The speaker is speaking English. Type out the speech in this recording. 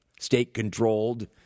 state-controlled